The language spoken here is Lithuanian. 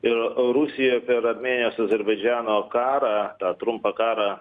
ir rusija per armėnijos azerbaidžano karą tą trumpą karą